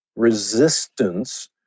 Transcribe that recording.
resistance